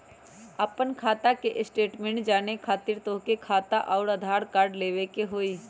आपन खाता के स्टेटमेंट जाने खातिर तोहके खाता अऊर आधार कार्ड लबे के होइ?